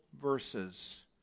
verses